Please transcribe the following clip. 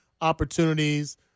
opportunities